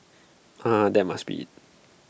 ah that must be IT